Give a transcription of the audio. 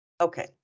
Okay